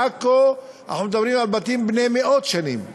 בעכו אנחנו מדברים על בתים בני מאות שנים,